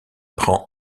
prend